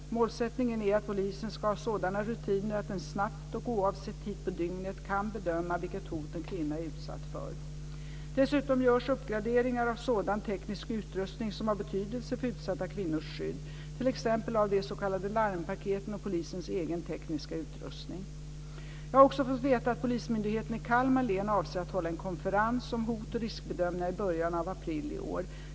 Målsättningen är att polisen ska ha sådana rutiner att den snabbt och oavsett tid på dygnet kan bedöma vilket hot en kvinna är utsatt för. Dessutom görs uppgraderingar av sådan teknisk utrustning som har betydelse för utsatta kvinnors skydd, t.ex. av de s.k. larmpaketen och polisens egen tekniska utrustning. Jag har också fått veta att Polismyndigheten i Kalmar län avser att hålla en konferens om hot och riskbedömningar i början av april i år.